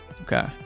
okay